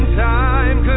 time